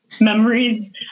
memories